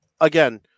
again